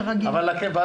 אבל כרגע